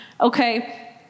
Okay